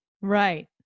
Right